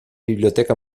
biblioteca